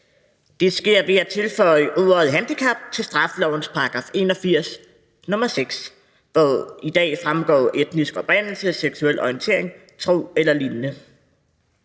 Det sker ved at tilføje ordet handicap til straffelovens § 81, nr. 6, der i dag omhandler etnisk oprindelse, seksuel orientering, tro eller lignende.